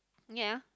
ya